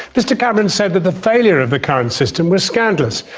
mr cameron said that the failure of the current system was scandalous,